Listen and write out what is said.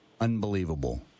Unbelievable